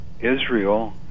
Israel